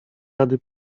rady